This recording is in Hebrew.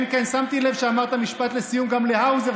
שמתי לב שאמרת "משפט לסיום" גם להאוזר,